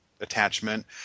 attachment